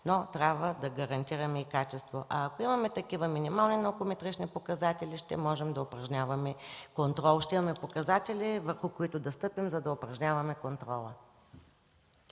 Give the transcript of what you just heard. но трябва да гарантираме и качество. Ако имаме такива минимални научно метрични показатели, ще можем да упражняваме контрол – ще имаме показатели, върху които да стъпим, за да упражняваме контрола.